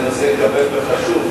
זה נושא כבד וחשוב,